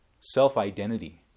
self-identity